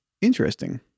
Interesting